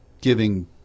giving